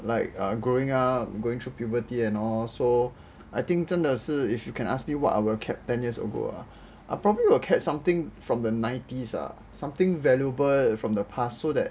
like growing up going through puberty and all so I think 真的是 if you can ask me what I would have kept ten years ago ah I probably will kept something from the nineties ah something valuable from the past so that